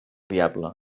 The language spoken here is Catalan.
diable